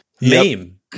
Meme